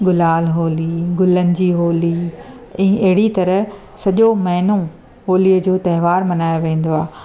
गुलाल होली गुलनि जी होली ई अहिड़ी तरह सॼो महीनो होलीअ जो त्योहारु मल्हायो वेंदो आहे